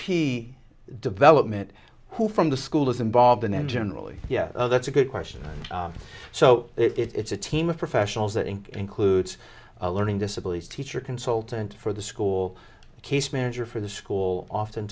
p development who from the school is involved in and generally yeah that's a good question so it's a team of professionals that includes a learning disability teacher consultant for the school a case manager for the school often